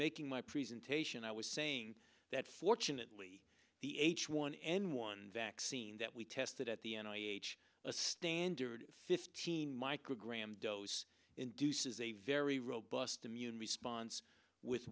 making my presentation i was saying that fortunately the h one n one vaccine that we tested at the end i h a standard fifteen microgram dose induces a very robust immune response with